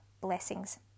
blessings